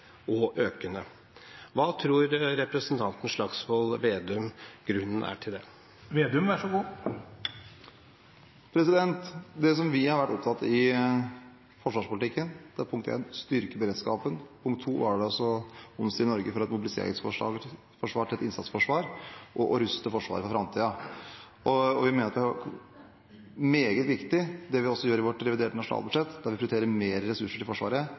og økende. Hva tror representanten Slagsvold Vedum er grunnen til det? Det vi har vært opptatt av i forsvarspolitikken, er: 1. styrke beredskapen 2. omstille Norge fra et mobiliseringsforsvar til et innsatsforsvar og ruste Forsvaret for framtiden Vi mener at det er meget viktig det vi også gjør i vårt reviderte nasjonalbudsjett, der vi prioriterer mer ressurser til Forsvaret,